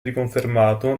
riconfermato